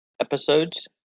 episodes